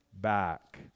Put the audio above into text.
back